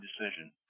decision